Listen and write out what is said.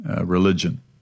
religion